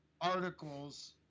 articles